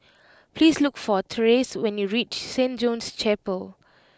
please look for Therese when you reach Saint John's Chapel